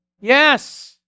yes